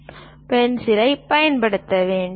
பென்சிலைப் பயன்படுத்த வேண்டும்